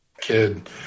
kid